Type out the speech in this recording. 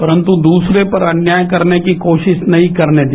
परंतु दूसरे पर अन्याय करने की कोशिश नहीं करने दिया